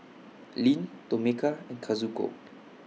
Lyn Tomeka and Kazuko